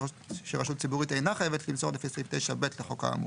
שרשות ציבורית אינה חייבת למסור לפי סעיף 9(ב) לחוק האמור.